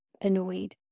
annoyed